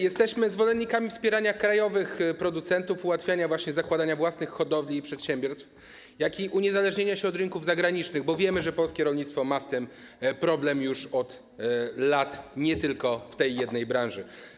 Jesteśmy zwolennikami wspierania krajowych producentów, ułatwiania zakładania własnych hodowli i przedsiębiorstw oraz uniezależniania się od rynków zagranicznych, bo wiemy, że polskie rolnictwo ma z tym problem już od lat, nie tylko w tej jednej branży.